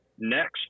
Next